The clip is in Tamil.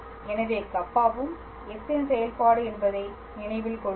எனவே கப்பாவும் s இன் செயல்பாடு என்பதை நினைவில் கொள்ளுங்கள்